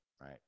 right